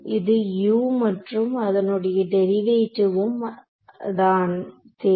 இது U மற்றும் அதனுடைய டெரிவேட்டிவும் தான் தேவை